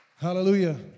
Hallelujah